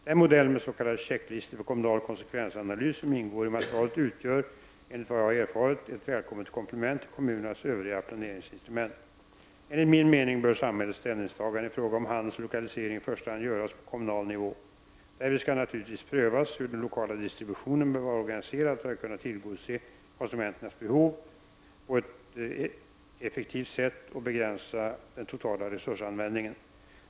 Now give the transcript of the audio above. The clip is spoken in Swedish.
Den modell med s.k. checklistor för kommunal konsekvensanalys som ingår i materialet utgör, enligt vad jag har erfarit, ett välkommet komplement till kommunernas övriga planeringsinstrument. Enligt min mening bör samhällets ställningstaganden i fråga om handelns lokalisering i första hand göras på kommunal nivå. Därvid skall naturligtvis prövas hur den lokala distributionen bör vara organiserad för att kunna tillgodose konsumenternas behov på ett effektivt sätt och begränsa den totala resursanvändningen.